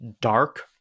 Dark